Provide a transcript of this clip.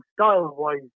style-wise